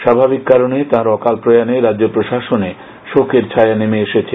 স্বাভাবিক কারণে তাঁর অকাল প্রয়াণে রাজ্য প্রশাসনে শোকের ছায়া নেমে এসেছে